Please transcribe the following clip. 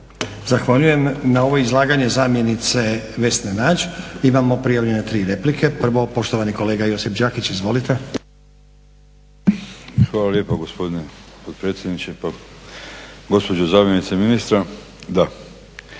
Zahvaljujem. Na ovo izlaganje zamjenice Vesne Nađ imamo prijavljene tri replike. Prvo poštovani kolega Josip Đakić, izvolite. **Đakić, Josip (HDZ)** Hvala lijepa gospodine potpredsjedniče. Pa gospođo zamjenice ministra,